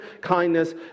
kindness